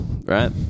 right